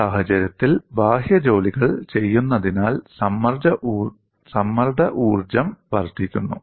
ഈ സാഹചര്യത്തിൽ ബാഹ്യ ജോലികൾ ചെയ്യുന്നതിനാൽ സമ്മർദ്ദ ഊർജ്ജം വർദ്ധിക്കുന്നു